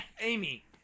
Amy